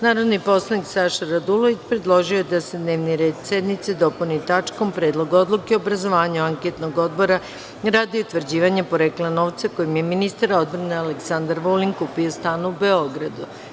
Narodni poslanik Saša Radulović predložio je da se dnevni red sednice dopuni tačkom – Predlog odluke o obrazovanju anketnog odbora radi utvrđivanja porekla novca kojim je ministar odbrane Aleksandar Vulin kupio stan u Beogradu.